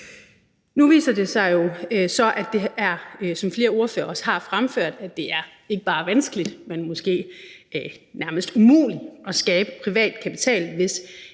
Nu viser det sig jo så, at det er, som flere ordførere også har fremført, ikke bare vanskeligt, men måske nærmest umuligt at skabe privat kapital, hvis